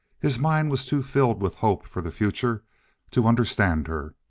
his mind was too filled with hope for the future to understand her.